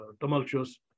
tumultuous